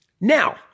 Now